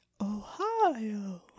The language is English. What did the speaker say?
Ohio